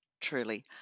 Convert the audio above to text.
truly